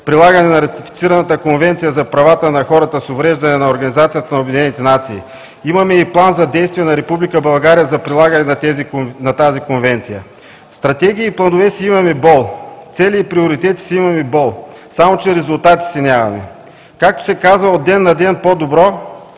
прилагане на ратифицираната Конвенция за правата на хората с увреждания на ООН. Имаме и План за действие на Република България за прилагане на тази Конвенция. Стратегии и планове си имаме бол, цели и приоритети си имаме бол, само резултати си нямаме! Както се казва, от ден на ден – по-добро,